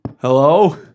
Hello